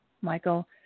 Michael